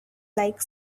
like